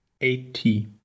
eighty